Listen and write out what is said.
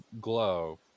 glow